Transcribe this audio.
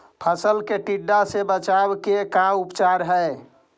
फ़सल के टिड्डा से बचाव के का उपचार है?